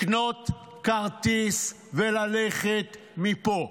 לקנות כרטיס וללכת מפה.